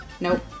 Nope